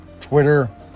Twitter